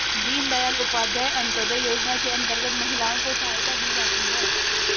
दीनदयाल उपाध्याय अंतोदय योजना के अंतर्गत महिलाओं को सहायता दी जाती है